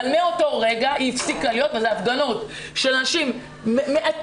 אבל מאותו רגע היא הפסיקה להיות כזאת ואלה הפגנות של אנשים מעטים